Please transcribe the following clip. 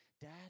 Dad